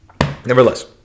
Nevertheless